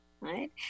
right